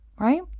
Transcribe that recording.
Right